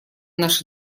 наши